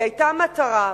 כי היתה מטרה,